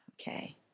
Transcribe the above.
Okay